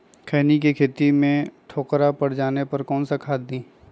खैनी के खेत में ठोकरा पर जाने पर कौन सा खाद दी?